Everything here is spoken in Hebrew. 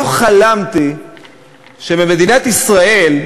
לא חלמתי שבמדינת ישראל,